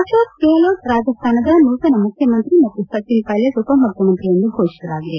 ಅಶೋಕ್ ಗೆಹ್ನೋಟ್ ರಾಜಸ್ಥಾನದ ನೂತನ ಮುಖ್ಯಮಂತ್ರಿ ಮತ್ತು ಸಚಿನ್ ವೈಲಟ್ ಉಪಮುಖ್ಯಮಂತ್ರಿ ಎಂದು ಘೋಷಿಸಲಾಗಿದೆ